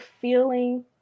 feeling